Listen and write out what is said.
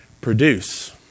produce